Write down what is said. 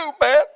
man